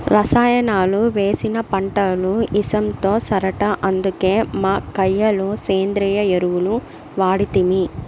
రసాయనాలు వేసిన పంటలు ఇసంతో సరట అందుకే మా కయ్య లో సేంద్రియ ఎరువులు వాడితిమి